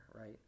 right